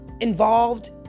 involved